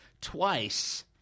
twice